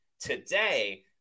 today